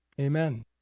Amen